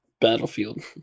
Battlefield